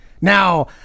Now